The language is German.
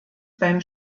beim